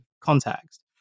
context